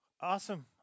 Awesome